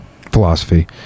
philosophy